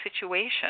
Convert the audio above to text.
situation